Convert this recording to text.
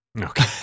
okay